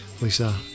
Lisa